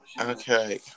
Okay